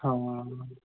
ਹਾਂ